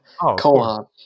co-op